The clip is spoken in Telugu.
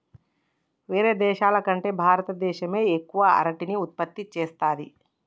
వేరే దేశాల కంటే భారత దేశమే ఎక్కువ అరటిని ఉత్పత్తి చేస్తంది